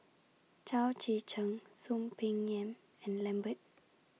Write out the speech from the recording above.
Chao Tzee Cheng Soon Peng Yam and Lambert